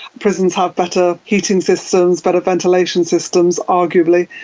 prisons have better heating systems, better ventilation systems, arguably.